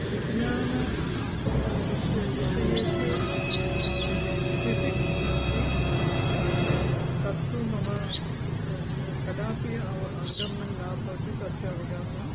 विज्ञान विष विषयेषु फिसिक्स् अस्ति तत्तु मम क् क् कदापि अव् अवगमनं न भवति तस्य अवगमनं